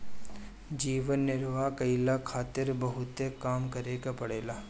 जीवन निर्वाह कईला खारित बहुते काम करे के पड़ेला